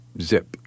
zip